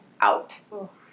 out